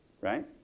Right